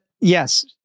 yes